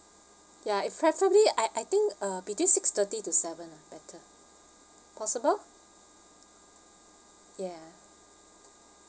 ya it preferably I I think uh between six thirty to seven ah better possible yeah